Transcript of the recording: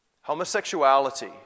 homosexuality